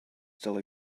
still